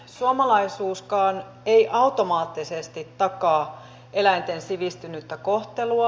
suomalaisuuskaan ei automaattisesti takaa eläinten sivistynyttä kohtelua